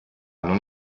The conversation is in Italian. non